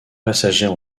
passagers